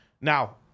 now